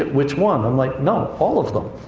which one? i'm like, none. all of them.